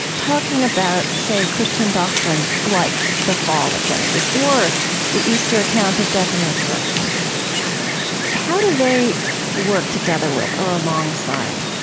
talking about, say, christian doctrines like the fall of genesis or the easter account of death and resurrection how do they work together with or alongside?